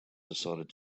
decided